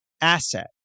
asset